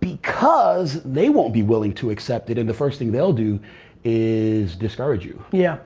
because they won't be willing to accept it. and, the first thing they'll do is discourage you. yeah.